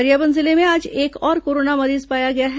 गरियाबंद जिले में आज एक और कोरोना मरीज पाया गया है